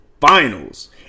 finals